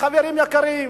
חברים יקרים,